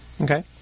Okay